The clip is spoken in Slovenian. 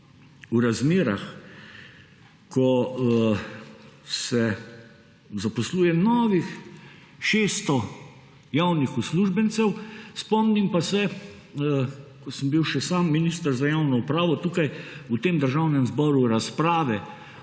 v razmerah, ko se zaposluje novih 600 javnih uslužbencev, spomnim pa se, ko sem bil še sam minister za javno upravo, tukaj v tem državnem zboru razprave